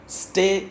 stay